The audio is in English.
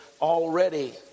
already